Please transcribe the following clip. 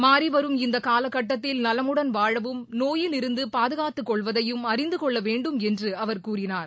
மாறிவரும் இந்த காலகட்டத்தில் நலமுடன் வாழவும் நோயில் இருந்து பாதுகாத்துக்கொள்வதையும் அறிந்து கொள்ளவேண்டும் என்று அவர் கூறினார்